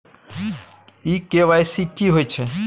इ के.वाई.सी की होय छै?